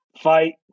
fight